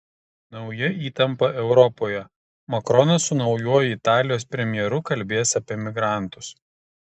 nauja įtampa europoje makronas su naujuoju italijos premjeru kalbės apie migrantus